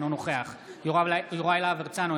אינו נוכח יוראי להב הרצנו,